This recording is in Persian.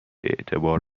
اعتبار